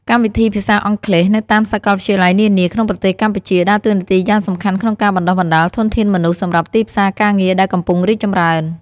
កម្មវិធីភាសាអង់គ្លេសនៅតាមសាកលវិទ្យាល័យនានា ក្នុងប្រទេសកម្ពុជា ដើរតួនាទីយ៉ាងសំខាន់ក្នុងការបណ្តុះបណ្តាលធនធានមនុស្សសម្រាប់ទីផ្សារការងារដែលកំពុងរីកចម្រើន។